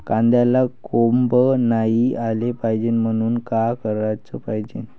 कांद्याला कोंब नाई आलं पायजे म्हनून का कराच पायजे?